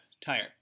tire